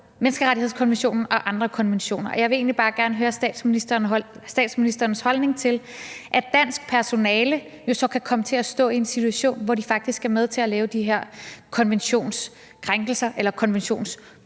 menneskerettighedskonventionen og andre konventioner bliver overtrådt. Og jeg vil egentlig bare gerne høre statsministerens holdning til, at dansk personale jo så kan komme til at stå i en situation, hvor de faktisk er med til at lave de her konventionskrænkelser eller konventionsbrud.